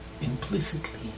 Implicitly